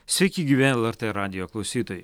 sveiki gyvi lrt radijo klausytojai